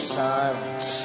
silence